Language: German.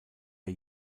der